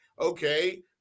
okay